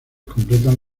completan